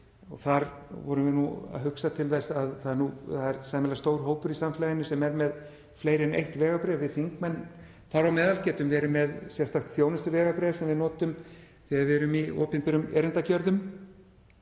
Þar vorum við nú að hugsa til þess að það er sæmilega stór hópur í samfélaginu sem er með fleiri en eitt vegabréf, við þingmenn þar á meðal getum verið með sérstakt þjónustuvegabréf sem við notum þegar við erum í opinberum erindagjörðum